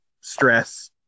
stress